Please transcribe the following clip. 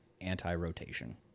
anti-rotation